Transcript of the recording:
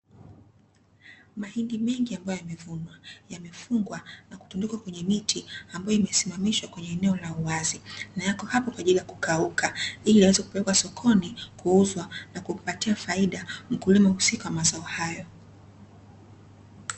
Mahindi mengi ambayo yamevunwa, yamefungwa na kutundikwa kwenye miti ambayo imesimamishwa kwenye eneo la wazi na yapo hapo kwa ajili ya kukauka. Ili yaweze kupeleka sokoni kuuzwa kumpatia faida mkulima husika wa mazao hayo.